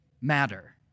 matter